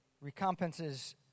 recompenses